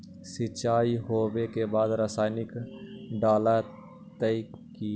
सीचाई हो बे के बाद रसायनिक डालयत किया?